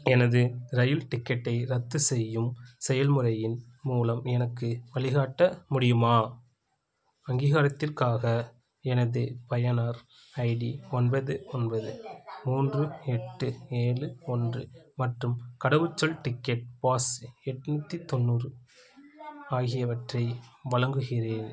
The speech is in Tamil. எனது இரயில் டிக்கெட்டை ரத்து செய்யும் செயல்முறையின் மூலம் எனக்கு வழிகாட்ட முடியுமா அங்கீகாரத்திற்காக எனது பயனர் ஐடி ஒன்பது ஒன்பது மூன்று எட்டு ஏழு ஒன்று மற்றும் கடவுச்சொல் டிக்கெட் பாஸ் எட்நூத்தி தொண்ணூறு ஆகியவற்றை வழங்குகிறேன்